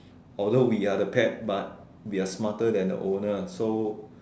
although we are the pet but we are smarter than the owner so